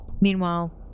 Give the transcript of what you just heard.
Meanwhile